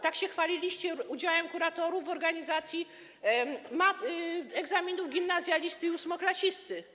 Tak się chwaliliście udziałem kuratorów w organizacji egzaminów gimnazjalisty i ósmoklasisty.